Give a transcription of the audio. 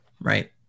right